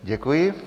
Děkuji.